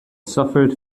suffered